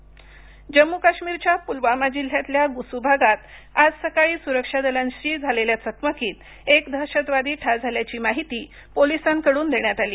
काश्मीर चकमक जम्मू काश्मीरच्या पुलवामा जिल्ह्यातल्या गुसू भागात आज सकाळी सुरक्षा दलांशी झालेल्या चकमकीत एक दहशतवादी ठार झाल्याची माहिती पोलिसांकडून देण्यात आली